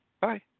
Bye